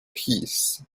peace